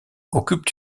occupent